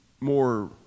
more